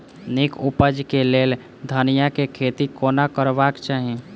नीक उपज केँ लेल धनिया केँ खेती कोना करबाक चाहि?